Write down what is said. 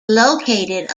located